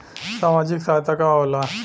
सामाजिक सहायता का होला?